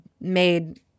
made